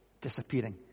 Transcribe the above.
disappearing